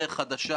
נפעל בצורה